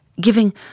giving